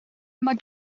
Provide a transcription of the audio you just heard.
mae